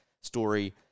story